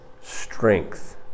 strength